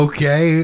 Okay